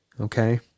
Okay